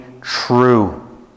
true